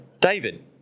David